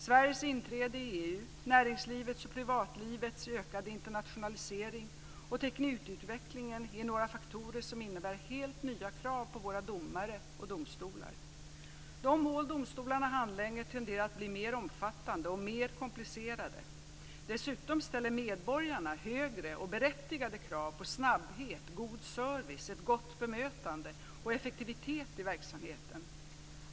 Sveriges inträde i EU, näringslivets och privatlivets ökade internationalisering och teknikutvecklingen är några faktorer som innebär helt nya krav på våra domare och domstolar. De mål domstolarna handlägger tenderar att bli mer omfattande och mer komplicerade. Dessutom ställer medborgarna högre och berättigade krav på snabbhet, god service, ett gott bemötande och effektivitet i verksamheten.